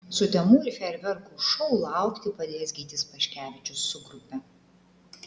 sutemų ir fejerverkų šou laukti padės gytis paškevičius su grupe